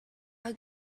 i’ll